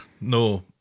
no